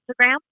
Instagram